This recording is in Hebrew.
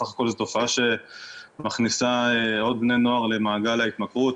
בסך הכל זו תופעה שמכניסה עוד בני נוער למעגל ההתמכרות,